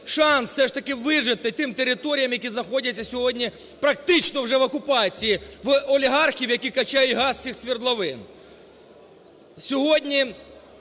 таки вижити тим територіям, які знаходяться сьогодні практично вже в окупації в олігархів, які качають газ з цих свердловин. Сьогодні